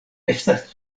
estas